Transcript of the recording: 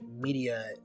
media